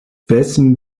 wessen